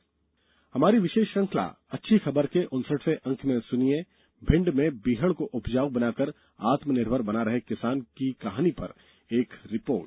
अच्छी खबर हमारी विषेष श्रृंखला अच्छी खबर के उनसठवें अंक में सुनिये भिण्ड में बीहड को उपजाऊ बनाकर आत्मनिर्भर बन रहे किसान की कहानी पर एक रिपोर्ट